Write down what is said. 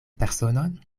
personon